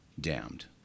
damned